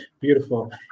Beautiful